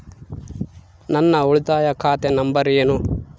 ನನ್ನ ಉಳಿತಾಯ ಖಾತೆ ನಂಬರ್ ಏನು?